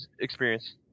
experience